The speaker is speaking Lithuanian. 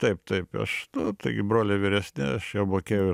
taip taip aš taigi broliai vyresni aš jau mokėjau